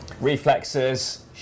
Reflexes